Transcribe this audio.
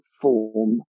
form